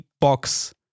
box